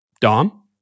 DOM